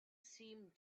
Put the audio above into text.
seemed